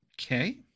Okay